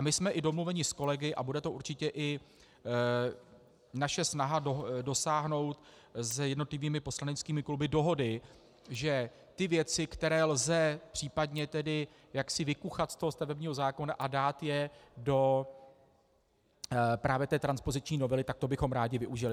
My jsme domluveni s kolegy, a bude to určitě i naše snaha dosáhnout s jednotlivými poslaneckými kluby dohody, že ty věci, které lze případně jaksi vykuchat z toho stavebního zákona a dát je právě do té transpoziční novely, tak toho bychom rádi využili.